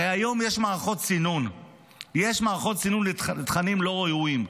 הרי היום יש מערכות סינון לתכנים לא ראויים,